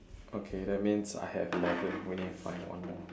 okay that means I have eleven we need to find one more